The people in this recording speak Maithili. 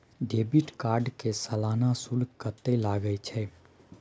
डेबिट कार्ड के सालाना शुल्क कत्ते लगे छै?